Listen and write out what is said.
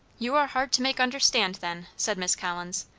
you are hard to make understand, then, said miss collins.